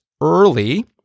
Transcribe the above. early